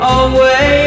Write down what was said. away